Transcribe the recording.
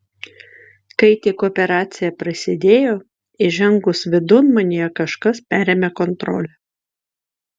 kai tik operacija prasidėjo įžengus vidun manyje kažkas perėmė kontrolę